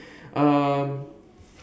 um